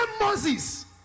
Moses